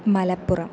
Malappuram